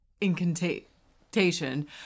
incantation